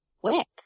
quick